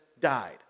died